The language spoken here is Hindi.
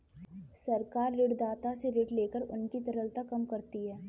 सरकार ऋणदाता से ऋण लेकर उनकी तरलता कम करती है